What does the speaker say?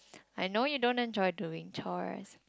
I know you don't enjoy doing chores